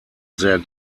sehr